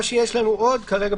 מה שיש לנו עוד כרגע,